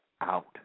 out